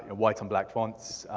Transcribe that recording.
and white on black fonts.